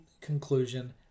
conclusion